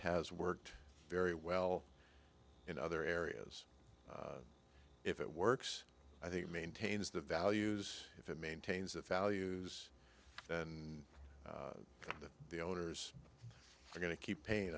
has worked very well in other areas if it works i think maintains the values if it maintains its values and that the owners are going to keep paying